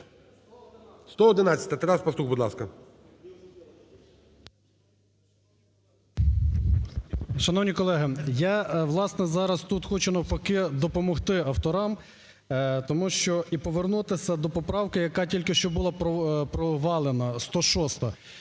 111-а. Тарас Пастух, будь ласка. 14:04:12 ПАСТУХ Т.Т. Шановні колеги, я, власне, зараз тут хочу навпаки допомогти авторам, тому що… і повернутися до поправки, яка тільки що була провалена, 106-а.